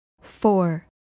four